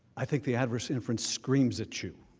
i think the adverse inference screams that you